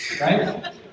right